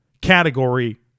category